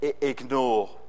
ignore